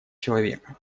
человека